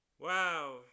wow